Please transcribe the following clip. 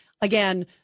Again